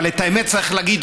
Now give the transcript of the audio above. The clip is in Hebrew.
אבל את האמת צריך להגיד.